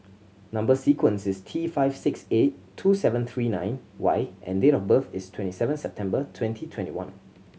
number sequence is T five six eight two seven three nine Y and date of birth is twenty seven September twenty twenty one